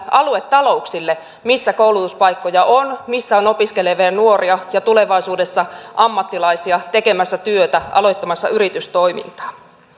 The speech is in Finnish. aluetalouksille missä koulutuspaikkoja on missä on opiskelevia nuoria ja tulevaisuudessa ammattilaisia tekemässä työtä aloittamassa yritystoimintaa